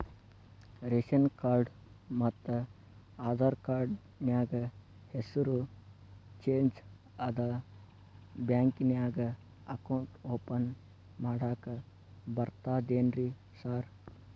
Ration card ಮತ್ತ Aadhaar card ನ್ಯಾಗ ಹೆಸರು ಚೇಂಜ್ ಅದಾ ಬ್ಯಾಂಕಿನ್ಯಾಗ ಅಕೌಂಟ್ ಓಪನ್ ಮಾಡಾಕ ಬರ್ತಾದೇನ್ರಿ ಸಾರ್?